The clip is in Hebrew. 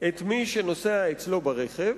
את מי שנוסע אצלו ברכב,